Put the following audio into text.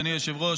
אדוני היושב-ראש,